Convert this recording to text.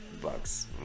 Buck's